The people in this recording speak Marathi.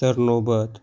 सरनोबत